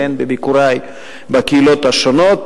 והן בביקורי בקהילות השונות,